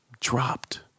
dropped